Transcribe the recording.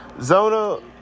Zona